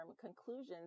conclusions